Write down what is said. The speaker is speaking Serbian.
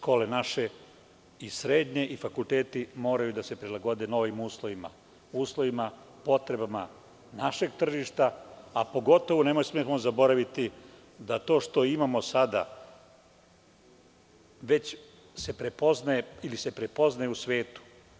Naše škole, i srednje i fakulteti, moraju da se prilagode novim uslovima, uslovima potrebama našeg tržišta, a pogotovo ne smemo zaboraviti da to što imamo sada već se prepoznaje u svetu.